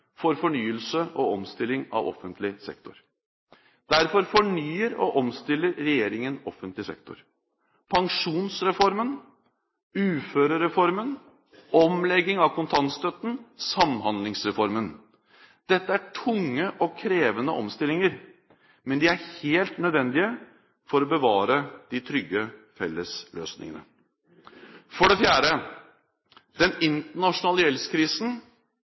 for fornyelse og omstilling av offentlig sektor. Derfor fornyer og omstiller regjeringen offentlig sektor: pensjonsreformen, uføreformen, omlegging av kontantstøtten, Samhandlingsreformen. Dette er tunge og krevende omstillinger, men de er helt nødvendige for å bevare de trygge fellesløsningene. For det fjerde: Den internasjonale gjeldskrisen